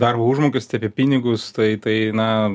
darbo užmokestį apie pinigus tai tai na